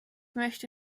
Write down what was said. möchte